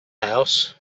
house